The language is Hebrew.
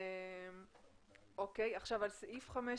סעיף 15,